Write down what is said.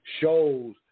shows